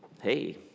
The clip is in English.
hey